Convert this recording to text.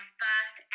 first